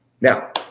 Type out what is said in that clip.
now